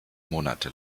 monate